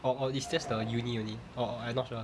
or or it's just the uni only or I not sure